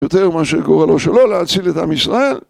יותר ממה שקורא לו שלא להציל את עם ישראל